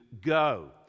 go